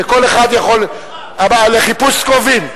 וכל אחד יכול, לחיפוש קרובים.